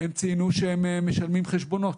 הם ציינו שהם משלמים חשבונות.